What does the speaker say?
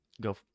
go